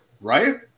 Right